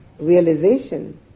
realization